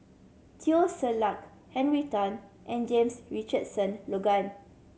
Teo Ser Luck Henry Tan and James Richardson Logan